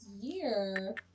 year